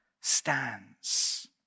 stands